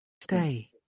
Stay